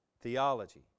theology